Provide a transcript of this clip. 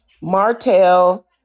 Martell